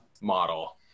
model